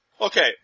Okay